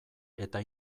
eta